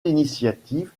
l’initiative